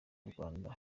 rwanda